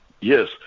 Yes